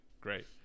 great